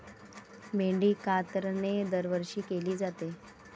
मेंढी कातरणे दरवर्षी केली जाते